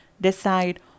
decide